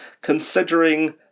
considering